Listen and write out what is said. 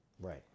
Right